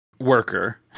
worker